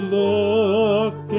look